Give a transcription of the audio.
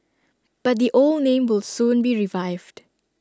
but the old name will soon be revived